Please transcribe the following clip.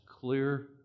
clear